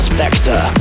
Spectre